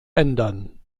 ändern